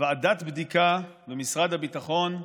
ועדת בדיקה במשרד הביטחון.